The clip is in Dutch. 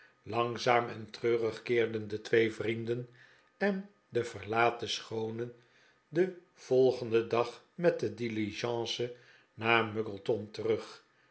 langzaam en treurig keerden de twee vrienden en de verlaten schoone den volgenden dag met de diligence naar muggleton terug